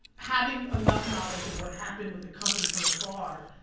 having enough knowledge of what happened with the company from afar,